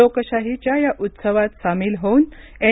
लोकशाहीच्या या उत्सवात सामील होऊन एन